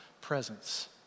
presence